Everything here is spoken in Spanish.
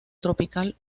tropical